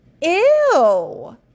Ew